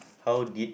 how did